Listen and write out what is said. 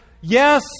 yes